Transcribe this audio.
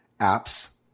apps